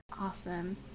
awesome